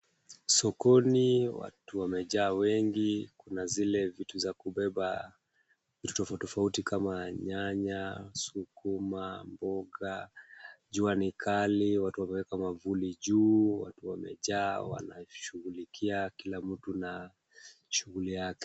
Sokoni watu wamejaa wengi. Kuna zile vitu za kubeba vitu tofauti tofauti kama vile nyanya, sukuma ,mboga. Jua ni kali watu wameweka mwavuli juu. Watu wamejaa wanashughulikia kila mtu na shughuli yake.